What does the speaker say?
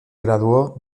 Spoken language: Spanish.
graduó